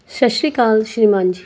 ਸਤਿ ਸ਼੍ਰੀ ਅਕਾਲ ਸ਼੍ਰੀਮਾਨ ਜੀ